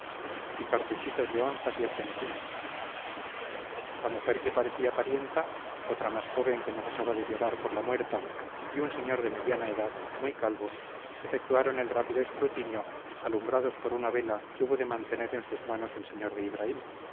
y cartuchitos de onzas y ochentines la mujer que parecía parienta otra más joven que no cesaba de llorar por la muerta y un señor de mediana edad muy calvo efectuaron el rápido escrutinio alumbrados por una vela que hubo de mantener en sus manos el sr de ibraim